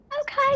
Okay